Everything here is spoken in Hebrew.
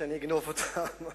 שאני אגנוב אותן.